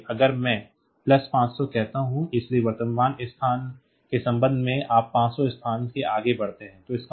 इसलिए अगर मैं प्लस 500 कहता हूं इसलिए वर्तमान स्थान के संबंध में आप 500 स्थानों से आगे बढ़ते हैं